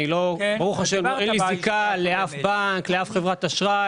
אין לי זיקה לאף בנק ולאף חברת אשראי.